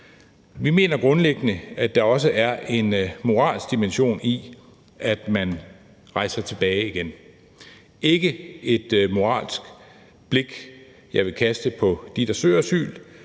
Vi mener grundliggende, at der også er en moralsk dimension i, at man rejser tilbage igen, ikke et moralsk blik, jeg vil kaste på dem, der søger asyl,